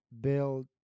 build